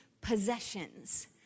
possessions